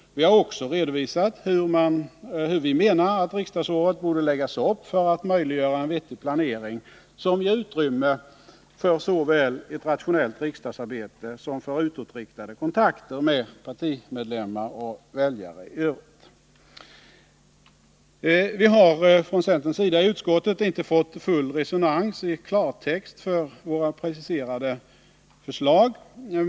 Vi har också redovisat hur vi menar att riksdagsåret borde läggas upp för att möjliggöra en vettig planering, som ger utrymme för såväl ett rationellt riksdagsarbete som för utåtriktade kontakter med partimedlemmar och väljare i övrigt. Vi har från centerns sida i utskottet inte fått full resonans i klartext för våra preciserade förslag.